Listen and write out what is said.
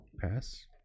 pass